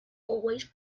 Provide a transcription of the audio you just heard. always